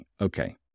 Okay